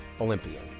Olympian